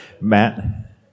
matt